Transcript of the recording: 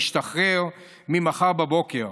משתחרר ממחר בבוקר,